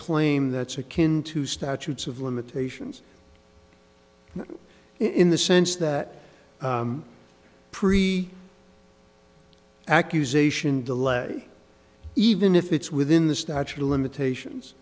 claim that's akin to statutes of limitations in the sense that pre accusation delay even if it's within the statute of limitations